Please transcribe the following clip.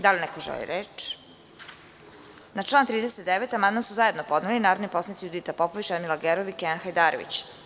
Da li neko želi reč? (Ne) Na član 39. amandman su zajedno podneli narodni poslanici Judita Popović, Radmila Gerov i Kenan Hajdarević.